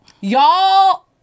y'all